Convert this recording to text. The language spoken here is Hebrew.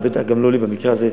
ובטח גם לא לי במקרה הזה,